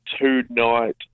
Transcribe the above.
two-night